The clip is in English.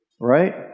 Right